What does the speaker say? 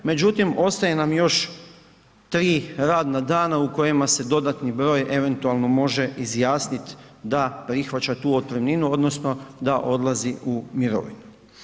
Međutim, ostaje nam još 3 radna dana u kojima se dodatni broj eventualno može izjasnit da prihvaća tu otpremninu odnosno da odlazi u mirovinu.